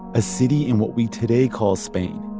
a city in what we today call spain.